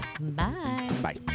Bye